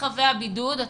את